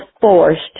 forced